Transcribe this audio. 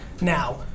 Now